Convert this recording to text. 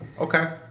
Okay